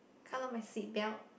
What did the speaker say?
colour of my seat belt